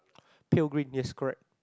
pale green yes correct